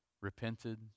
repented